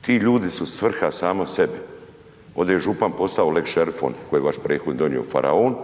Ti ljudi su svrha sama sebi. Ovdi je župan postao lex šerif koji je vaš prethodnik donio faraon,